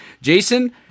Jason